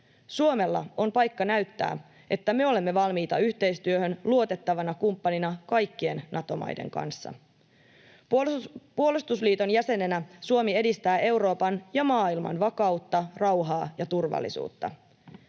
Suomella on paikka näyttää, että me olemme valmiita yhteistyöhön luotettavana kumppanina kaikkien Nato-maiden kanssa. Puolustusliiton jäsenenä Suomi edistää Euroopan ja maailman vakautta, rauhaa ja turvallisuutta.